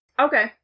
Okay